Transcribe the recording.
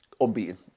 unbeaten